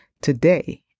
today